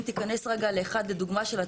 אם תיכנס רגע לתרגום,